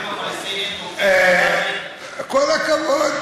כל הכבוד.